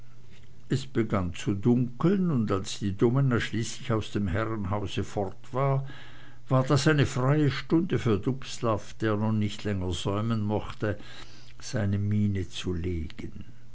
es begann zu dunkeln und als die domina schließlich aus dem herrenhause fort war war das eine freie stunde für dubslav der nun nicht länger säumen mochte seine mine zu legen